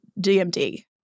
DMD